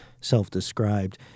self-described